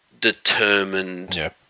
determined